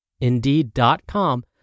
Indeed.com